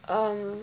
um